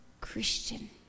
Christian